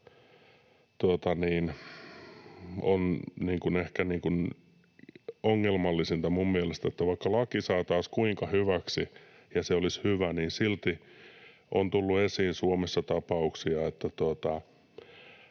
ehkä ongelmallisinta, on, että vaikka laki saataisiin kuinka hyväksi ja se olisi hyvä, niin silti on tullut esiin Suomessa tapauksia, että